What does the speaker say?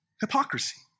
hypocrisy